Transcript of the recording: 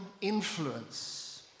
Influence